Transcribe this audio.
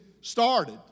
started